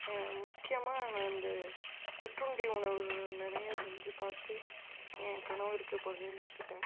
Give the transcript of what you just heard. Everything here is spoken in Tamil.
முக்கியமாக நான் அந்த சிற்றுண்டி உணவுகள் நிறையா செஞ்சு பார்த்து என் கணவருக்கு பகிர்ந்துக்கிட்டேன்